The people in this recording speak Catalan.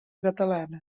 catalana